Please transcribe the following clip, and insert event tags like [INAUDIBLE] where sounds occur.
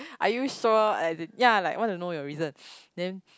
are you sure as in ya like I wanna know your reason [BREATH] then